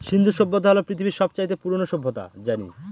সিন্ধু সভ্যতা হল পৃথিবীর সব চাইতে পুরোনো সভ্যতা জানি